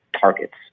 targets